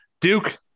Duke